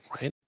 right